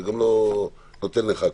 זה גם לא נותן לך כלום.